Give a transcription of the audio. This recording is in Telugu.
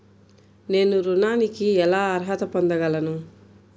నేను ఋణానికి ఎలా అర్హత పొందగలను?